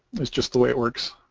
is just the way it works